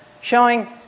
showing